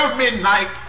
midnight